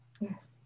Yes